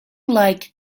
like